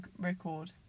record